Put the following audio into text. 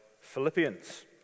Philippians